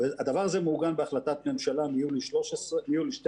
הדבר הזה מעוגן בהחלטת ממשלה מיולי 12',